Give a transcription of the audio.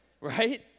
Right